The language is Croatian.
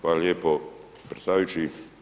Hvala lijepo predsjedavajući.